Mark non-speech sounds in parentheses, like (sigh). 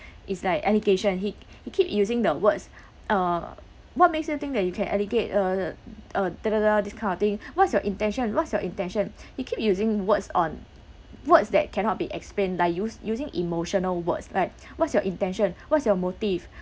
(breath) it's like allegation he he keep using the words uh what makes you think that you can alleged uh uh ta~ ta~ ta~ this kind of thing (breath) what's your intention what's your intention (breath) he keep using words on words that cannot be explained like use using emotional words like (breath) what's your intention what's your motive